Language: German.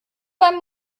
beim